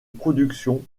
production